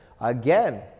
Again